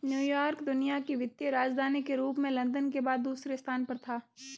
New York दुनिया की वित्तीय राजधानी के रूप में लंदन के बाद दूसरे स्थान पर था